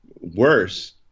worse